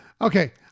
Okay